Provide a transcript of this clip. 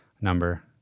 number